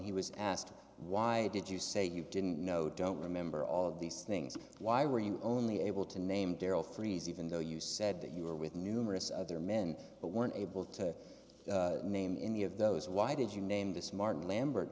he was asked why did you say you didn't know don't remember all of these things why were you only able to name darryl threes even though you said that you were with numerous other men but weren't able to name in the of those why did you name this martin lambert